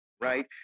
right